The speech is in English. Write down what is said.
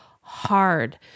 hard